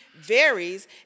varies